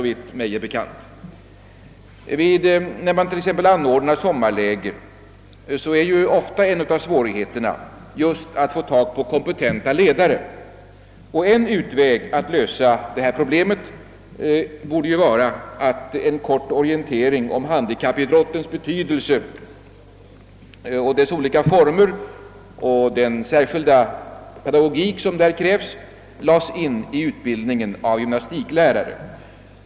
När det t.ex. anordnas sommarläger, är ofta en av svårigheterna just att få kompetenta ledare. En utväg att lösa det problemet borde vara att en kort orientering om handikappidrottens betydelse och dess olika former samt den särskilda pedagogik som där kräves lades in i utbildningen av gymnastiklärare.